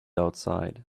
outside